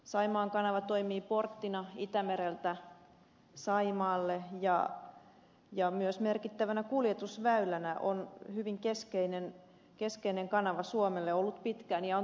saimaan kanava toimii porttina itämereltä saimaalle ja myös merkittävänä kuljetusväylänä on hyvin keskeinen kanava suomelle ollut pitkään ja on tulevaisuudessakin